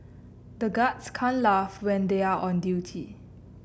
the guards can't laugh when they are on duty